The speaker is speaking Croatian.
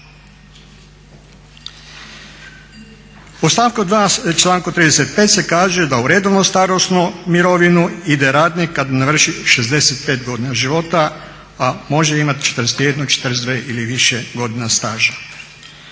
U stavku 2.članku 35.se kaže da u redovnu starosnu mirovinu ide radnik kada navrši 65 godina života, a može imati 41, 42 ili više godina staža.